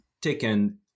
taken